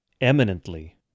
eminently